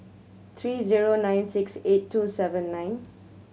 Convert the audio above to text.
three zero nine six eight two seven nine